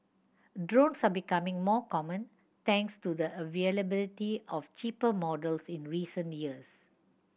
drones are becoming more common thanks to the availability of cheaper models in recent years